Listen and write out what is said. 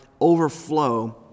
overflow